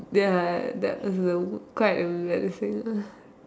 ya that's the uh quite embarrassing ah